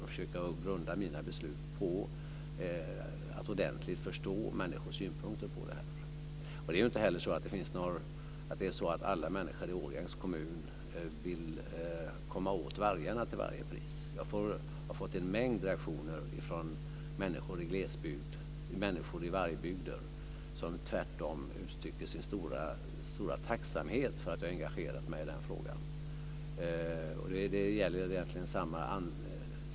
Jag försöker att grunda mina beslut på att ordentligt förstå människors synpunkter på detta. Det är inte heller så att alla människor i Årjängs kommun vill komma åt vargarna till varje pris. Jag har fått en mängd reaktioner från människor i glesbygd och i vargbygder som tvärtom uttrycker sin stora tacksamhet för att jag har engagerat mig i frågan.